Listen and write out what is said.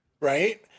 right